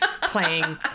playing